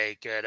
good